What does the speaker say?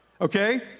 Okay